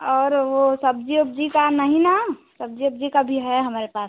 और वो सब्जी ओब्जी का नहीं ना सब्जी ओब्जी का भी है हमारे पास